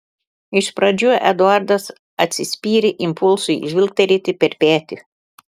iš pradžių eduardas atsispyrė impulsui žvilgterėti per petį